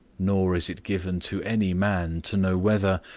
nor is it given to any man to know whether,